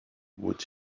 would